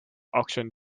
auction